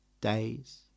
days